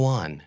on